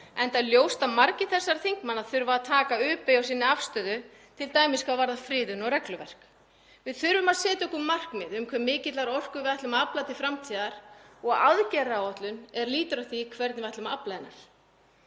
enda er ljóst að margir þessara þingmanna þurfa að taka U-beygju á sinni afstöðu, t.d. hvað varðar friðun og regluverk. Við þurfum að setja okkur markmið um hve mikillar orku við ætlum að afla til framtíðar og aðgerðaáætlun er lýtur að því hvernig við ætlum að afla hennar.